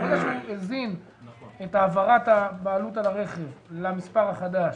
עושים את העברת הבעלות על הרכב למספר החדש.